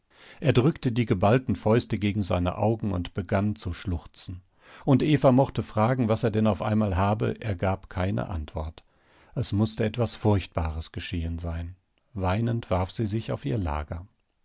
er drückte die geballten fäuste gegen seine augen und begann zu schluchzen und eva mochte fragen was er denn auf einmal habe er gab keine antwort es mußte etwas furchtbares geschehen sein weinend warf sie sich auf ihr lager